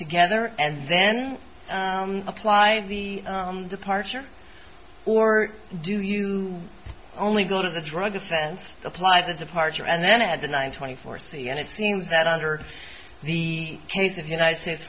together and then apply the departure or do you only go to the drug offense apply the departure and then add the nine twenty four c and it seems that under the case of united states